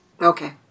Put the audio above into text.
Okay